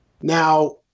Now